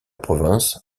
province